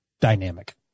dynamic